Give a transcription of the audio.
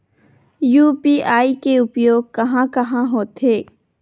UPI के उपयोग कहां कहा होथे?